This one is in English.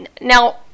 Now